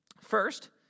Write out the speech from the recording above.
First